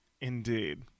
indeed